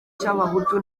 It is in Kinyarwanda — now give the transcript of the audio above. cy’abahutu